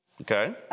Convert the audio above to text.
Okay